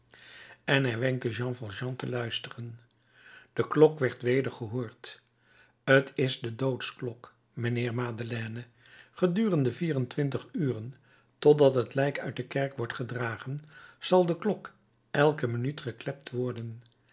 en hij wenkte jean valjean te luisteren de klok werd weder gehoord t is de doodsklok mijnheer madeleine gedurende vier en twintig uren totdat het lijk uit de kerk wordt gedragen zal de klok elke minuut geklept worden